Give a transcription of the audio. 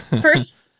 first